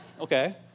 Okay